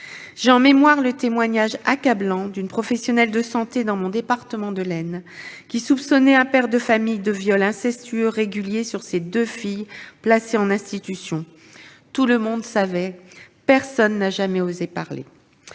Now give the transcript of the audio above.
ainsi en mémoire le témoignage accablant d'une professionnelle de santé travaillant dans le département dont je suis élue, l'Aisne, et qui soupçonnait un père de famille de viols incestueux réguliers sur ses deux filles placées en institution. Tout le monde savait ; personne n'a jamais osé parler